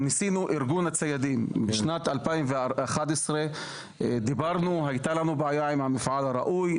ניסינו ארגון הציידים בשנת 2011. הייתה לנו בעיה עם המפעל הראוי.